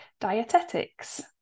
dietetics